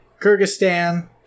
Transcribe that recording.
Kyrgyzstan